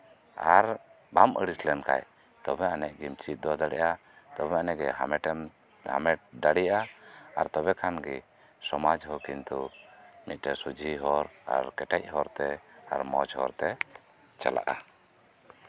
ᱟᱨ ᱵᱟᱢ ᱟᱹᱲᱤᱥ ᱞᱮᱱᱠᱷᱟᱱ ᱛᱚᱵᱮ ᱟᱹᱱᱤᱡ ᱜᱮᱢ ᱪᱮᱫ ᱫᱟᱲᱮᱭᱟᱜᱼᱟ ᱛᱚᱵᱮ ᱟᱹᱱᱤᱡ ᱜᱮ ᱦᱟᱢᱮᱴᱮᱢ ᱫᱟᱲᱮᱭᱟᱜᱼᱟ ᱟᱨ ᱛᱚᱵᱮ ᱠᱷᱟᱱ ᱜᱮ ᱥᱚᱢᱟᱡ ᱦᱚᱸ ᱠᱤᱱᱛᱩ ᱢᱤᱫᱴᱮᱱ ᱥᱚᱡᱽᱦᱮ ᱦᱚᱨ ᱟᱨ ᱠᱮᱴᱮᱡ ᱦᱚᱨᱛᱮ ᱟᱨ ᱢᱚᱸᱡᱽ ᱦᱚᱯᱨ ᱛᱮ ᱪᱟᱞᱟᱜᱼᱟ